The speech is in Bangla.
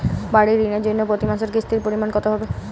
বাড়ীর ঋণের জন্য প্রতি মাসের কিস্তির পরিমাণ কত হবে?